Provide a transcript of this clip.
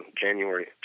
January